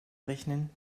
rechnen